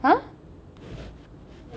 !huh!